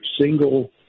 single